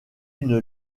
une